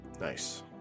Nice